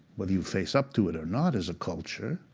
whether you face up to it or not as a culture,